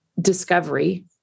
discovery